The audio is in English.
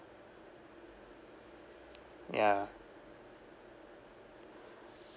ya